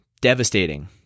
devastating